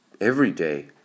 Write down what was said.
everyday